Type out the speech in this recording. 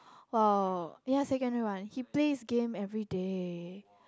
!wow! yea secondary one he plays game everyday